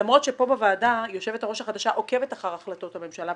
למרות שכאן בוועדה יושבת הראש החדשה עוקבת אחר החלטות הממשלה,